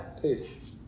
please